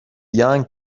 young